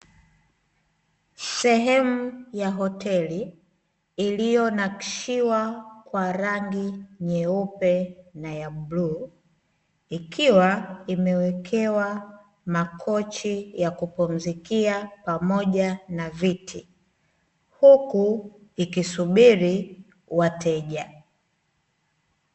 Sehemu ya hoteli, iliyonakshiwa kwa rangi nyeupe na ya bluu, ikiwa imewekewa makochi ya kupumzikia pamoja na viti ; huku ikisubiri wateja.